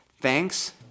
Thanks